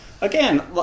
again